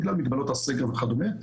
בגלל מגבלות הסגר וכדומה,